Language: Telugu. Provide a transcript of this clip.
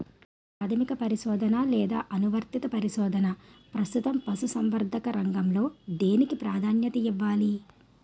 ప్రాథమిక పరిశోధన లేదా అనువర్తిత పరిశోధన? ప్రస్తుతం పశుసంవర్ధక రంగంలో దేనికి ప్రాధాన్యత ఇవ్వాలి?